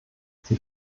sie